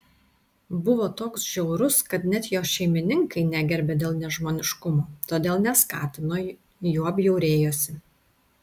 buvo toks žiaurus kad net jo šeimininkai negerbė dėl nežmoniškumo todėl neskatino juo bjaurėjosi